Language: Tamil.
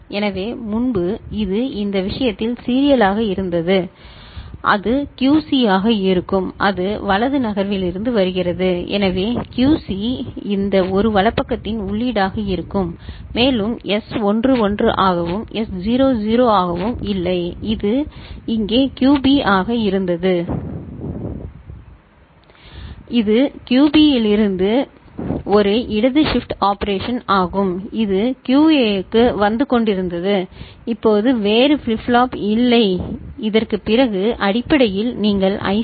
D எனவே முன்பு இது இந்த விஷயத்தில் சீரியலாக இருந்தது அது QC ஆக இருக்கும் அது வலது நகர்வில் இருந்து வருகிறது எனவே QC இந்த ஒரு வலப்பக்கத்தின் உள்ளீடாக இருக்கும் மேலும் S1 1 ஆகவும் S 0 0 ஆகவும் இல்லை இது இங்கே QB ஆக இருந்தது இது QB இலிருந்து ஒரு இடது ஷிப்ட் ஆபரேஷன் ஆகும் இது QA க்கு வந்து கொண்டிருந்தது இப்போது வேறு ஃபிளிப் ஃப்ளாப் இல்லை இதற்குப் பிறகு அடிப்படையில் நீங்கள் ஐ